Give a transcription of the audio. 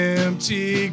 empty